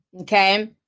Okay